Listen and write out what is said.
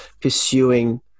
pursuing